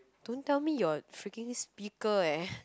don't tell me your freaking speaker eh